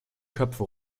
köpfe